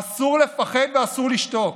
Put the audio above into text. אסור לפחד ואסור לשתוק,